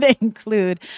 include